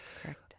Correct